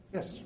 Yes